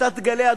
אתה תגלה,